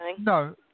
No